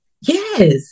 Yes